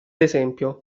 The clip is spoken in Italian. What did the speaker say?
esempio